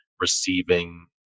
receiving